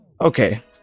okay